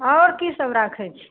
अओर कीसभ राखै छी